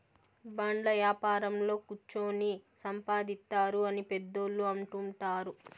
బాండ్ల యాపారంలో కుచ్చోని సంపాదిత్తారు అని పెద్దోళ్ళు అంటుంటారు